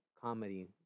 comedy